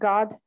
God